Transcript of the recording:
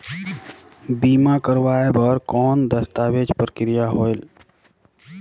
बीमा करवाय बार कौन दस्तावेज प्रक्रिया होएल?